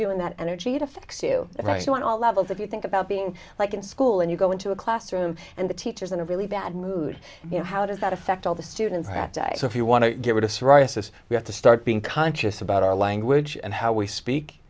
you and that energy to fix you right on all levels if you think about being like in school and you go into a classroom and the teachers in a really bad mood you know how does that affect all the students that so if you want to get rid of psoriasis we have to start being conscious about our language and how we speak